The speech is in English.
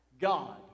God